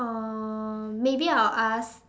uh maybe I'll ask